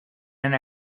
and